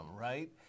Right